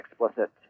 explicit